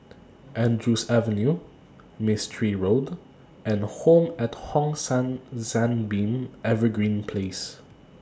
Andrews Avenue Mistri Road and Home At Hong San Sunbeam Evergreen Place